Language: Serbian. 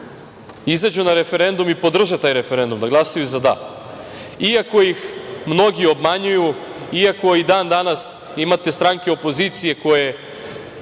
izađu na referendum i podrže taj referendum, glasaju za „Da“, iako ih mnogi obmanjuju, iako i dan-danas imate stranke opozicije koje